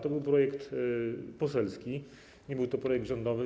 To był projekt poselski, nie był to projekt rządowy.